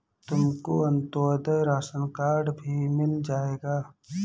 तुमको Antyodaya ration card भी मिल जाएगा